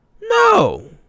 No